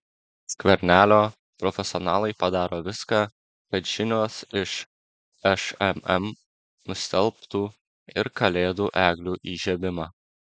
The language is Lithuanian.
skvernelio profesionalai padaro viską kad žinios iš šmm nustelbtų ir kalėdų eglių įžiebimą